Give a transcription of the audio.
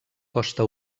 costa